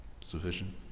sufficient